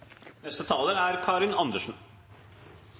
Neste taler er